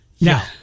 Now